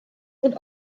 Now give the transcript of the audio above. und